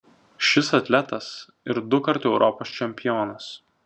šis atletas ir dukart europos čempionas